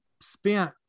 spent